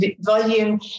Volume